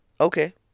Okay